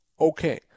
Okay